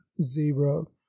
zero